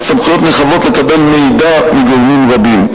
סמכויות נרחבות לקבל מידע מגורמים רבים.